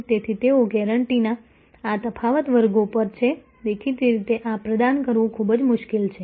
તેથી તેઓ ગેરંટીના આ તફાવત વર્ગો પર છે દેખીતી રીતે આ પ્રદાન કરવું ખૂબ જ મુશ્કેલ છે